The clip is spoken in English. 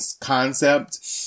concept